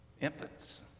infants